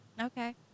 Okay